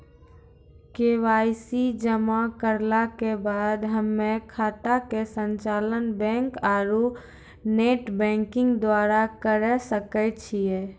KYC जमा करला के बाद हम्मय खाता के संचालन बैक आरू नेटबैंकिंग द्वारा करे सकय छियै?